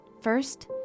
First